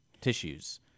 tissues